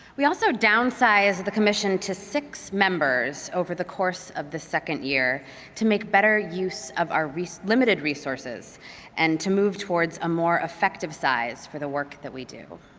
we also downsizeed the commission to six members over the course of the second year to make better use of our so limited resources and to move towards a more effective size for the work that we do.